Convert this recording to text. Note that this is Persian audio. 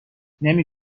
نمی